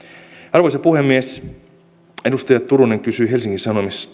arvoisa puhemies edustaja turunen kysyi helsingin